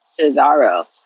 Cesaro